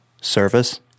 service